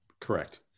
Correct